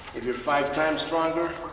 if you're five times stronger,